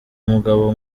mugabo